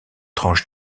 tranche